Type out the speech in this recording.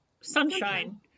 sunshine